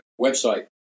website